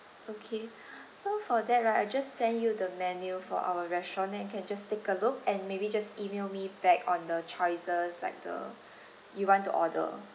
okay so for that right I just send you the menu for our restaurant then you can just take a look and maybe just email me back on the choices like the you want to order